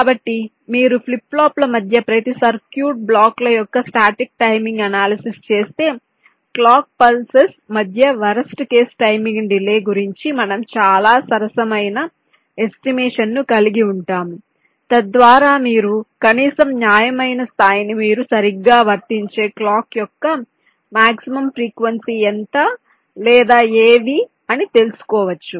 కాబట్టి మీరు ఫ్లిప్ ఫ్లాప్ల మధ్య ప్రతి సర్క్యూట్ బ్లాక్ల యొక్క స్టాటిక్ టైమింగ్ అనాలిసిస్ చేస్తే క్లాక్ పల్సస్ మధ్య వరస్ట్ కేస్ టైమింగ్ డిలే గురించి మనం చాలా సరసమైన ఎస్టిమేషన్ ను కలిగి ఉంటాము తద్వారా మీరు కనీసం న్యాయమైన స్థాయిని మీరు సరిగ్గా వర్తించే క్లాక్ యొక్క మాక్సిమం ఫ్రీక్వెన్సీ ఎంత లేదా ఏది అని తెలుసుకోవచ్చు